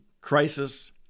crisis